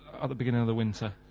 the beginning of the winter,